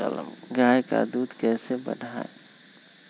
गाय का दूध कैसे बढ़ाये?